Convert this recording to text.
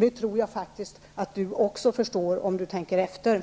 Det tror jag att Knut Wachtmeister också förstår om han tänker efter.